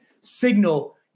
signal –